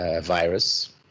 virus